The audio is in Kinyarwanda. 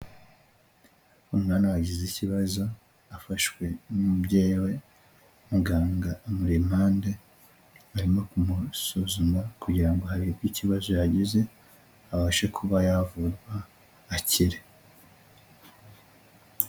Umwana wagize ikibazo afashwe n'umubyeyi we muganga amuri impande arimo kumusuzuma kugira ngo harebwe ikibazo yagize, abashe kuba yavurwa akire.